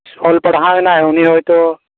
ᱚᱞ ᱯᱟᱲᱦᱟᱣᱮᱱᱟᱭ ᱩᱱᱤ ᱦᱳᱭᱛᱳ